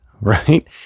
right